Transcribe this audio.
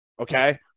Okay